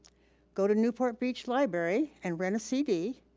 go to newport beach library and rent a cd,